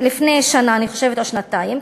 אני חושבת שלפני שנה או שנתיים,